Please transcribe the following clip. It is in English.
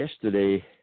Yesterday